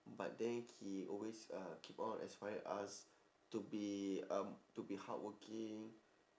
but then he always uh keep on aspire us to be um to be hardworking